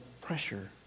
pressure